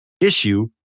issue